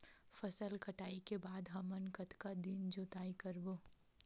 फसल कटाई के बाद हमन कतका दिन जोताई करबो?